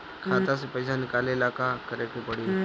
खाता से पैसा निकाले ला का करे के पड़ी?